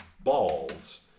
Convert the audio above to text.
balls